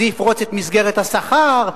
זה יפרוץ את מסגרת השכר,